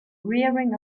rearing